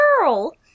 girl